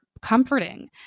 comforting